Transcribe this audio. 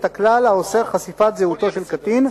הכלל האוסר חשיפת זהותו של קטין,